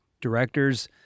directors